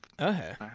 Okay